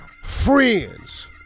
Friends